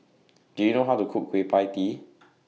Do YOU know How to Cook Kueh PIE Tee